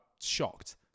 shocked